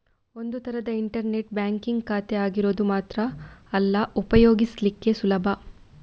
ಒಂದು ತರದ internet banking ಖಾತೆ ಆಗಿರೋದು ಮಾತ್ರ ಅಲ್ಲ ಉಪಯೋಗಿಸ್ಲಿಕ್ಕೆ ಸುಲಭ